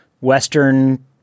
Western